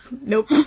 Nope